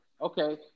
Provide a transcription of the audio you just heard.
Okay